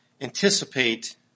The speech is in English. anticipate